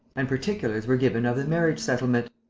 and particulars were given of the marriage-settlement.